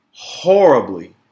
Horribly